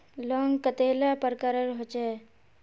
Loan कतेला प्रकारेर होचे?